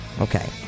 Okay